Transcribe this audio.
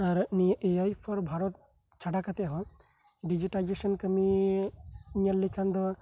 ᱟᱨ ᱩᱱᱤ ᱮ ᱟᱭ ᱯᱷᱳᱨ ᱵᱷᱟᱨᱚᱛ ᱪᱷᱟᱰᱟ ᱠᱟᱛᱮ ᱦᱚᱸ ᱰᱤᱡᱤᱴᱮᱞᱟᱭᱡᱮᱥᱚᱱ ᱠᱟᱢᱤ ᱧᱮᱞ ᱞᱮᱠᱷᱟᱱ ᱫᱚ